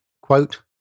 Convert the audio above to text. quote